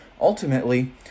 Ultimately